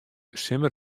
simmer